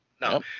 No